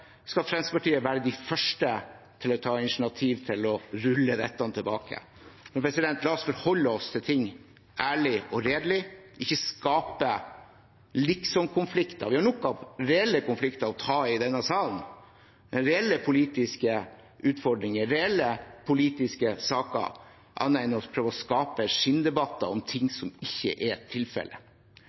skal Fremskrittspartiet være de første til å ta initiativ til å rulle dette tilbake. Men la oss forholde oss til ting ærlig og redelig, ikke skape liksomkonflikter. Vi har nok av reelle konflikter å ta i denne salen, reelle politiske utfordringer, reelle politiske saker, og trenger ikke prøve å skape skinndebatter om ting som ikke er tilfellet.